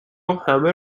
وهمه